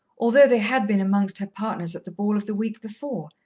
although they had been amongst her partners at the ball of the week before.